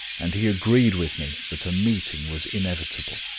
and he agreed with me that a meeting was inevitable.